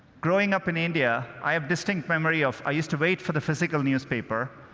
growing up in india, i have distinct memory of i used to wait for the physical newspaper.